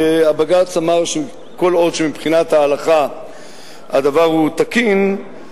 ובג"ץ אמר שכל עוד מבחינת ההלכה הדבר הוא תקין,